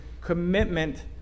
commitment